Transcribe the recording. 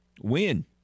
win